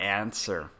answer